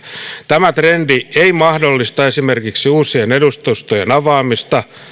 tämä trendi ei mahdollista esimerkiksi uusien edustustojen avaamista